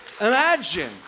imagine